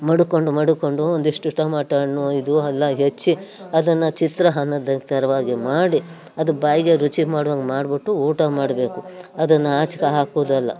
ಮಡಿಕ್ಕೊಂಡು ಮಡಿಕ್ಕೊಂಡು ಒಂದಿಷ್ಟು ಟೊಮೆಟೋ ಹಣ್ಣು ಇದು ಎಲ್ಲ ಹೆಚ್ಚಿ ಅದನ್ನು ಚಿತ್ರಾನ್ನದ ಥರವಾಗಿ ಮಾಡಿ ಅದು ಬಾಯಿಗೆ ರುಚಿ ಮಾಡ್ವಂಗೆ ಮಾಡಿಬಿಟ್ಟು ಊಟ ಮಾಡಬೇಕು ಅದನ್ನು ಆಚ್ಗೆ ಹಾಕುವುದಲ್ಲ